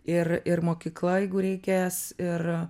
ir ir mokykla jeigu reikės ir